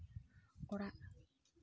ᱚᱲᱟᱜ